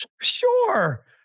sure